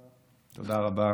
תודה רבה.